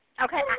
Okay